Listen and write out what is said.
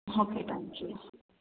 okay thank you